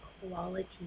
quality